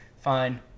fine